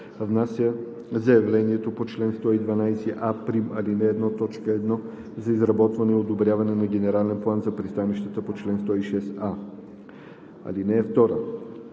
внася заявлението по чл. 112а¹, ал. 1, т. 1 за изработване и одобряване на генерален план за пристанищата по чл. 106а. (2)